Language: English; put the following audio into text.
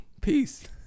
Peace